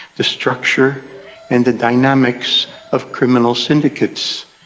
the structure and the dynamics of criminal syndicates,